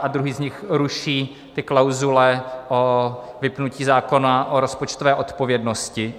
A druhý z nich ruší ty klauzule o vypnutí zákona o rozpočtové odpovědnosti.